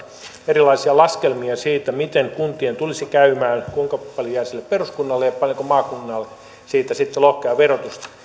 erilaisia laskelmia siitä miten kuntien tulisi käymään kuinka paljon jää sille peruskunnalle ja paljonko maakunnalle siitä sitten lohkeaa verotusta